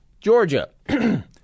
Georgia